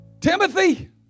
Timothy